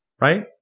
Right